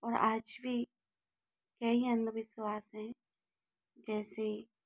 और आज भी कहीं अंधविश्वास हैं जैसे